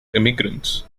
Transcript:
immigrants